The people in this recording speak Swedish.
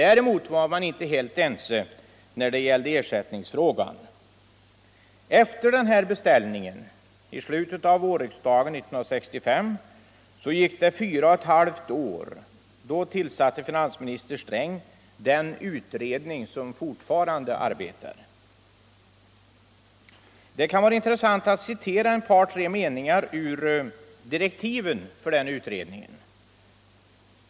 Däremot var man inte helt ense när det gällde ersättningsfrågan. Efter den här beställningen i slutet av vårriksdagen år 1965 gick det fyra och ett halvt år, och sedan tillsatte finansminister Sträng den utredning som fortfarande arbetar. Det kan vara intressant att citera ett par tre meningar ur direktiven för den utredningen.